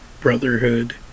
Brotherhood